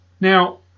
Now